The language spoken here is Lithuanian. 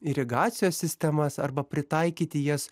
irigacijos sistemas arba pritaikyti jas